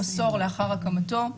עשור לאחר הקמתו.